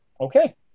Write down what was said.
Okay